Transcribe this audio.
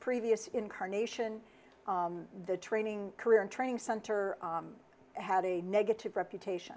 previous incarnation the training career and training center had a negative reputation